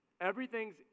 Everything's